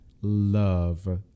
love